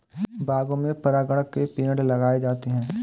बागों में परागकण के पेड़ लगाए जाते हैं